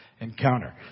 encounter